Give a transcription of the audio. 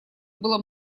было